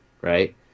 right